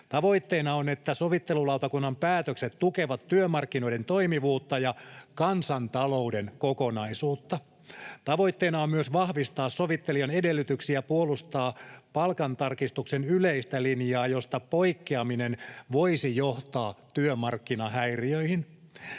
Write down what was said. Tavoitteena on, että sovittelulautakunnan päätökset tukevat työmarkkinoiden toimivuutta ja kansantalouden kokonaisuutta. Tavoitteena on myös vahvistaa sovittelijan edellytyksiä puolustaa palkantarkistuksen yleistä linjaa, josta poikkeaminen voisi johtaa työmarkkinahäiriöihin.